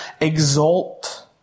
exalt